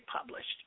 published